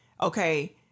okay